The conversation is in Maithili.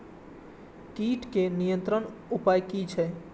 कीटके नियंत्रण उपाय कि छै?